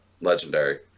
legendary